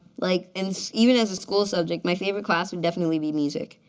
like and so even as a school subject, my favorite class would definitely be music.